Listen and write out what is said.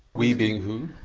we being who?